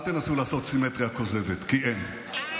אל תנסו לעשות סימטריה כוזבת, כי אין.